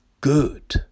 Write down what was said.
good